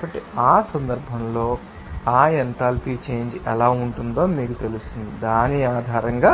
కాబట్టి ఆ సందర్భంలో ఆ ఎంథాల్పీ చేంజ్ ఎలా ఉంటుందో మీకు తెలుస్తుంది దాని ఆధారంగా